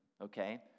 okay